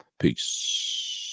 peace